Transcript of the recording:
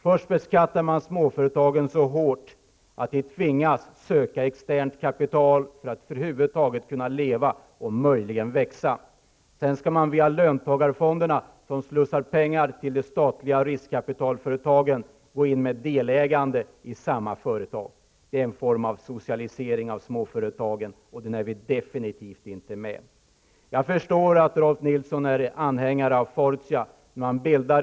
Först beskattas småföretagen så hårt att de tvingas söka externt kapital för att över huvud taget kunna leva och möjligen växa. Sedan skall löntagarfonderna, som slussar pengar till de statliga riskkapitalföretagen, gå in med delägande i samma företag. Det är en form av socialisering av småföretagen. Det är vi definitivt inte med på. Jag förstår att Rolf Nilson är anhängare av Fortia.